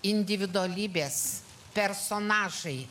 individualybės personažai